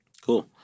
cool